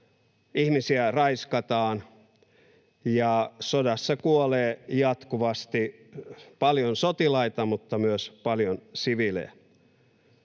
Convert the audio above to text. ihmisiä raiskataan, ja sodassa kuolee jatkuvasti paljon sotilaita mutta myös paljon siviilejä.